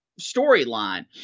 storyline